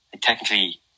technically